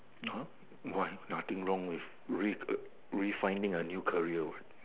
uh why nothing wrong with re~ uh refining a new career what